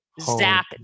Zap